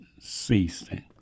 ceasing